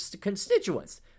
constituents